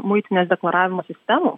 muitinės deklaravimo sistemų